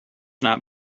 not